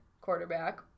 quarterback